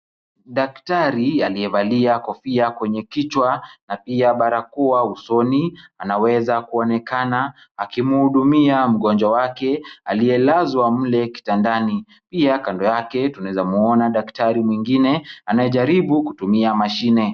Daktari aliyevalia kofia kwenye kichwa na pia barakoa usoni, anaweza kuonekana akimhudumia mgonjwa wake aliyelazwa mle kitandani. Pia kando yake tunaeza muona daktari mwingine, anajaribu kutumia mashine.